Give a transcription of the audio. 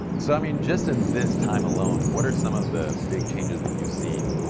so i mean just in this time alone, what are some of the big changes that you've seen,